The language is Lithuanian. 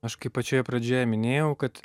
aš kaip pačioje pradžioje minėjau kad